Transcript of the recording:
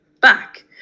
back